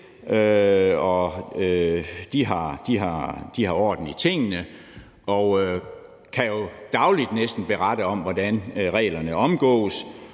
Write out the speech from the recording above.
de har orden i tingene og kan jo næsten dagligt berette om, hvordan reglerne omgås,